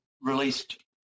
released